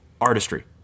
artistry